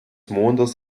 mondes